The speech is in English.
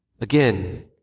Again